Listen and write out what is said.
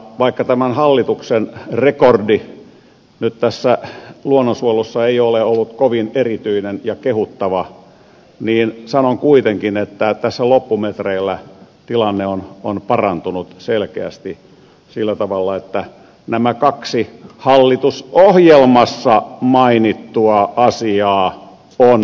vaikka tämän hallituksen rekordi tässä luonnonsuojelussa ei ole nyt ollut kovin erityinen ja kehuttava niin sanon kuitenkin että tässä loppumetreillä tilanne on parantunut selkeästi sillä tavalla että nämä kaksi hallitusohjelmassa mainittua asiaa on toteutettu